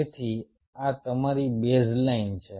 તેથી આ તમારી બેઝલાઇન છે